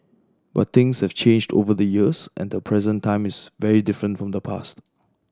but things have changed over the years and the present time is very different from the past